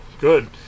Good